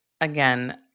Again